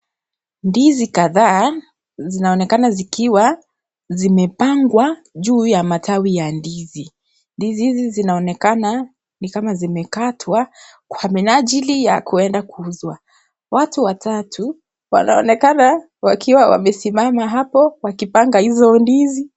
Ndizi kadhaa zinaonekana zikiwa zimepangwa juu ya matawi ya ndizi ,ndizi hizi zinaonekana ni kama zimekatwa kwa minajili ya kwenda kuuzwa ,watu watatu wanaonekana wakiwa wamesimama hapo wakipanga hizo ndizi.